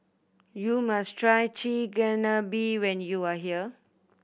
you must try Chigenabe when you are here